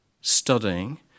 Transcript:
studying